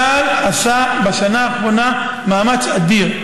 צה"ל עשה בשנה האחרונה מאמץ אדיר.